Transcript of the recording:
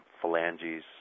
phalanges